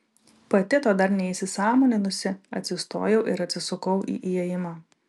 pati to dar neįsisąmoninusi atsistojau ir atsisukau į įėjimą